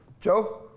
Joe